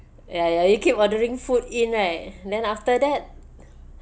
ya ya you keep ordering food in right then after that